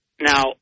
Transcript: Now